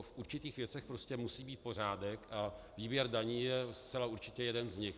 V určitých věcech prostě musí být pořádek a výběr daní je zcela určitě jeden z nich.